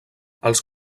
els